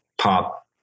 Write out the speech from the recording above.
pop